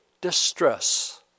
distress